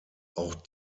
auch